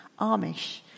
Amish